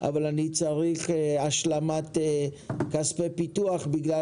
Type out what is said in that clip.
אבל אני צריך השלמת כספי פיתוח בגלל